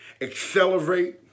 accelerate